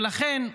ולכן,